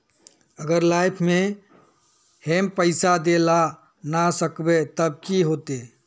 अगर लाइफ में हैम पैसा दे ला ना सकबे तब की होते?